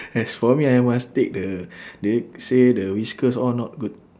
as for me I must take the they say the whiskas all not good